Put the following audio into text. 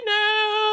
now